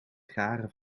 garen